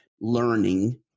learning